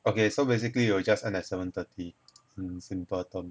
okay so basically we will just end at seven thirty in simple term